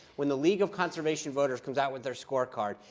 when the league of conservation voters comes out with their scorecard,